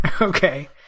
Okay